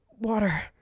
Water